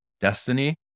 destiny